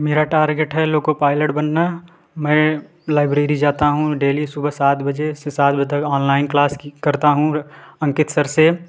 मेरा टारगेट है loco pilot बनना मैं लाइब्रेरी जाता हूँ डेली सुबह सात बजे से सात बजे तक ऑनलाइन क्लास की करता हूँ अंकित सर से